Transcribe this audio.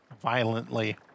violently